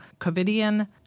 Covidian